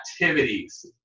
activities